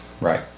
Right